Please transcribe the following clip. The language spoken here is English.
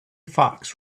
fox